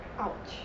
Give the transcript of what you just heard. !ouch!